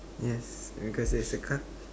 yes cause there's a car